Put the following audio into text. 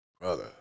brother